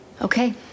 Okay